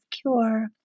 cure